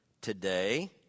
today